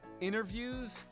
interviews